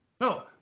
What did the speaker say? No